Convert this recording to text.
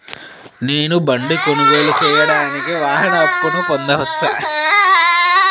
నేను బండి కొనుగోలు సేయడానికి వాహన అప్పును పొందవచ్చా?